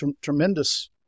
tremendous